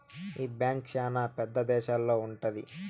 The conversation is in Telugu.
ఈ బ్యాంక్ శ్యానా పెద్ద దేశాల్లో ఉంటది